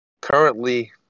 currently